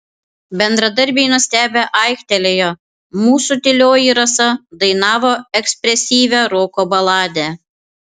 bendradarbiai nustebę aiktelėjo mūsų tylioji rasa dainavo ekspresyvią roko baladę